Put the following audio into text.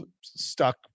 stuck